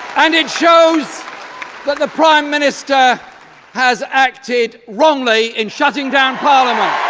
and it shows that the prime minister has acted wrongly in shutting down parliament!